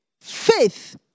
Faith